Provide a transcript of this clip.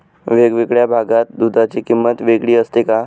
वेगवेगळ्या भागात दूधाची किंमत वेगळी असते का?